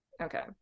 okay